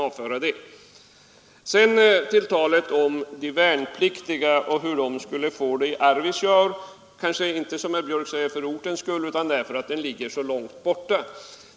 Jag vill sedan säga några ord med anledning av talet om hur de värnpliktiga skall få det i Arvidsjaur, kanske inte — som herr Björck säger — på grund av orten som sådan utan därför att den har en så avlägsen placering.